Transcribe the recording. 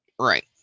right